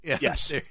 yes